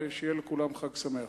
ויהיה לכולם חג שמח.